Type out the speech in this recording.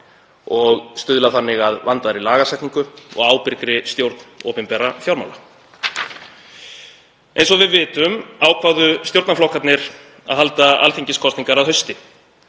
og stuðla þannig að vandaðri lagasetningu og ábyrgri stjórn opinberra fjármála. Eins og við vitum ákváðu stjórnarflokkarnir að halda alþingiskosningar að hausti.